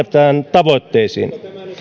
tavoitteisiin